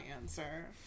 answer